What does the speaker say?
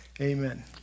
amen